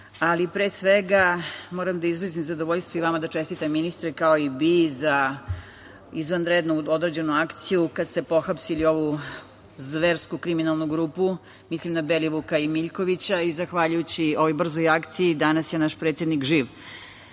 svega, moram da izrazim zadovoljstvo i vama da čestitam, ministre, kao i BIA, za izvanredno odrađenu akciju kad ste pohapsili ovu zversku kriminalnu grupu, mislim na Belivuka i Miljkovića. Zahvaljujući ovoj brzoj akciji, danas je naš predsednik živ. Neću